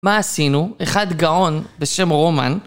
מה עשינו? אחד גאון בשם רומן